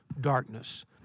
darkness